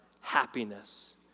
happiness